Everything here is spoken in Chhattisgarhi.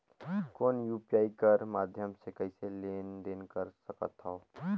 कौन यू.पी.आई कर माध्यम से कइसे लेन देन कर सकथव?